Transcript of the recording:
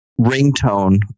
ringtone